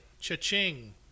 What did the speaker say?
Cha-ching